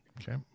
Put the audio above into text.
Okay